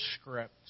script